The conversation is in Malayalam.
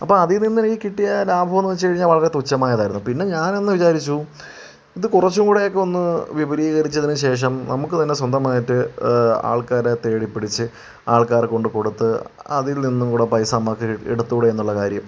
അപ്പം അതിൽ നിന്നെനിക്ക് കിട്ടിയ ലാഭമെന്ന് വച്ച് കഴിഞ്ഞാൽ വളരെ തുച്ഛമായതായിരുന്നു പിന്നെ ഞാനെന്ന് വിചാരിച്ചു ഇത് കുറച്ചു കൂടിയൊക്കെ ഒന്ന് വിപുലീകരിച്ചതിന് ശേഷം നമുക്ക് തന്നെ സ്വന്തമായിട്ട് ആൾക്കാരെ തേടിപ്പിടിച്ച് ആൾക്കാർക്ക് കൊണ്ടുകൊടുത്ത് അതിൽനിന്നുകൂടി പൈസ നമ്മൾക്ക് എടുത്തുകൂടെ എന്നുള്ള കാര്യം